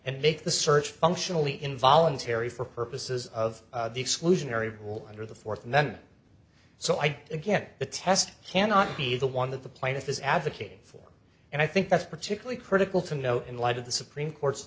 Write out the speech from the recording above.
and make the search functionally involuntary for purposes of the exclusionary rule under the fourth amendment so i again the test cannot be the one that the plaintiff is advocating for and i think that's particularly critical to know in light of the supreme court's